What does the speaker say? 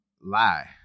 Lie